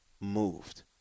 moved